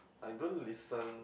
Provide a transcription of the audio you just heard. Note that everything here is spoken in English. I don't listen